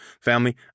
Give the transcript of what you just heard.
Family